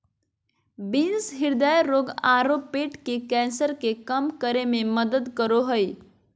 beans हृदय रोग आरो पेट के कैंसर के कम करे में मदद करो हइ